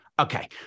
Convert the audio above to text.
Okay